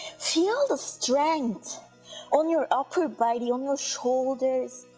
feel the strength on your upper body on your shoulders,